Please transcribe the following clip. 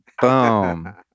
Boom